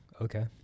Okay